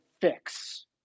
fix